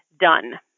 done